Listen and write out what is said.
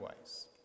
ways